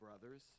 brothers